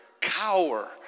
cower